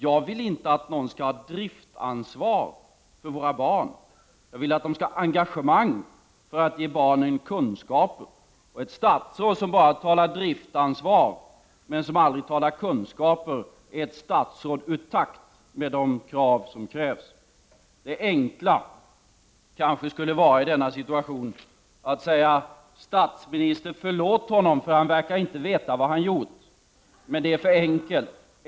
Jag vill inte att någon skall ha driftansvaret för våra barn. Jag vill att lärarna skall ha engagemang för att ge barnen kunskaper. Och ett statsråd som bara talar om driftansvar men som aldrig talar om kunskaper är ett statsråd ur takt med de krav som ställs. Det enkla skulle kanske i denna situation vara att säga: Statsminister, förlåt honom, för han verkar inte veta vad han gjort! Men det är för enkelt.